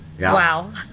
Wow